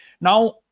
Now